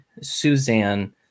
Suzanne